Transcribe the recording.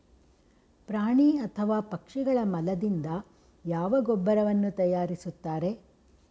ಪ್ರಾಣಿ ಅಥವಾ ಪಕ್ಷಿಗಳ ಮಲದಿಂದ ಯಾವ ಗೊಬ್ಬರವನ್ನು ತಯಾರಿಸುತ್ತಾರೆ?